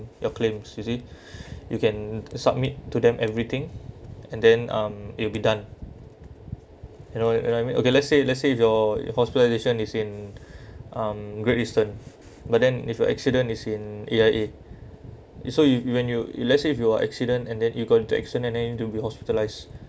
your claims you see you can submit to them everything and then um it'll be done you know you know I mean okay let's say let's say if your hospitalisation is in um great eastern but then if you accident is in A_I_A it so you you when you if let's say if you are accident and then you go and take action and then to be hospitalized